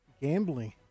gambling